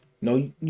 No